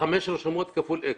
חמש רשומות כפול "איקס".